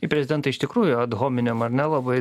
į prezidentą iš tikrųjų adhominem ar ne labai